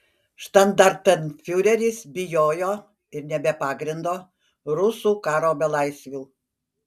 štandartenfiureris bijojo ir ne be pagrindo rusų karo belaisvių